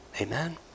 Amen